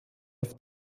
auf